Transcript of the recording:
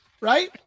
Right